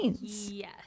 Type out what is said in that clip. Yes